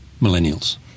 millennials